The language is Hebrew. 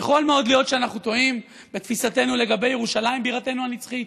יכול מאוד להיות שאנחנו טועים בתפיסתנו לגבי ירושלים בירתנו הנצחית,